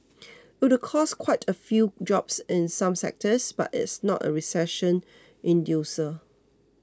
it could cost quite a few jobs in some sectors but it's not a recession inducer